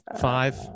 five